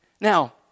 Now